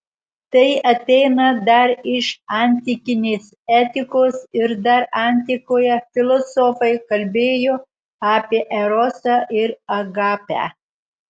tai ateina dar iš antikinės etikos ir dar antikoje filosofai kalbėjo apie erosą ir agapę